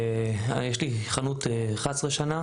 יש לי חנות 11 שנה